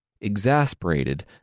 Exasperated